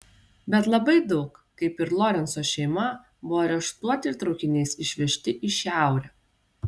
bet labai daug kaip ir lorenco šeima buvo areštuoti ir traukiniais išvežti į šiaurę